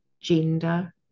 gender